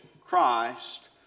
Christ